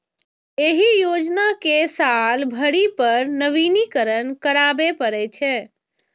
एहि योजना कें साल भरि पर नवीनीकरण कराबै पड़ै छै